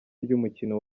ry’umukino